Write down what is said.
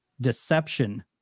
deception